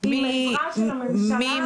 עם עזרה של הממשלה.